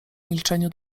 milczeniu